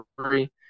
three